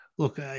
Look